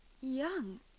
Young